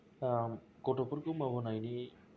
गथ'फोरखौ मावहोनायनि